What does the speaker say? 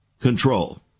control